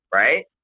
right